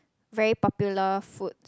very popular foods